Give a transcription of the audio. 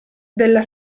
della